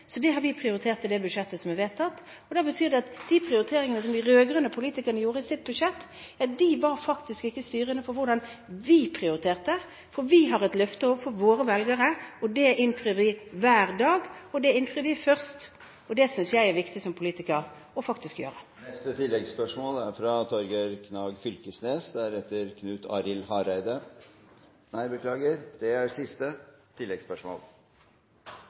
så det har vi prioritert i det budsjettet som er vedtatt. Da betyr det at de prioriteringene som de rød-grønne politikerne gjorde i sitt budsjett, faktisk ikke var styrende for hvordan vi prioriterte, for vi har et løfte overfor våre velgere. Det innfrir vi hver dag, og det innfrir vi først, og det synes jeg det er viktig å gjøre som politiker. Torgeir Knag Fylkesnes – til siste oppfølgingsspørsmål. Barnehagefeltet er